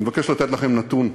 אני מבקש לתת לכם נתון,